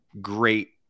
great